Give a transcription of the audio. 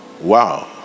Wow